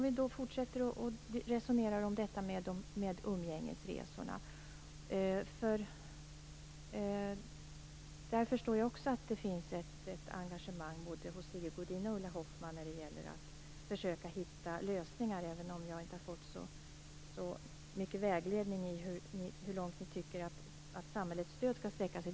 Vi kan fortsätta att resonera om detta med umgängesresorna, och jag förstår också att det finns ett engagemang hos både Sigge Godin och Ulla Hoffmann när det gäller att försöka hitta lösningar, även om jag inte har fått så mycket vägledning i fråga om hur långt de tycker att samhällets stöd skall sträcka sig.